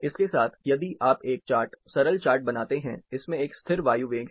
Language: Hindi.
इसके साथ यदि आप एक चार्ट सरल चार्ट बनाते हैं इसमें एक स्थिर वायु वेग है